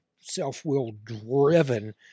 self-will-driven